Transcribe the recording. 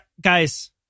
guys